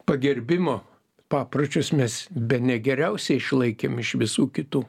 pagerbimo papročius mes bene geriausiai išlaikėm iš visų kitų